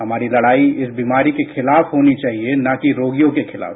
हमारी लड़ाई इस बीमारी के खिलाफ होनी चाहिए न कि रोगियों के खिलाफ